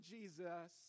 Jesus